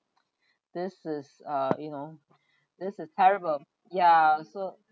this is uh you know this is terrible ya so